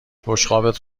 بشقابت